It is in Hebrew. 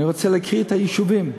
אני רוצה להקריא את שמות היישובים: